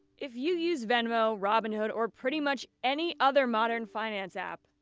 if you use venmo, robinhood or pretty much any other modern finance app,